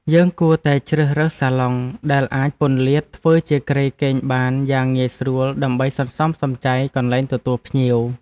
យើងគួរតែជ្រើសរើសសាឡុងដែលអាចពន្លាតធ្វើជាគ្រែគេងបានយ៉ាងងាយស្រួលដើម្បីសន្សំសំចៃកន្លែងទទួលភ្ញៀវ។